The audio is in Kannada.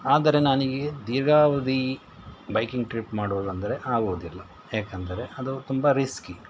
ಆದರೆ ನನಗೆ ದೀರ್ಘಾವಧಿ ಬೈಕಿಂಗ್ ಟ್ರಿಪ್ ಮಾಡುವುದಂದರೆ ಆಗುವುದಿಲ್ಲ ಯಾಕಂದರೆ ಅದು ತುಂಬ ರಿಸ್ಕಿ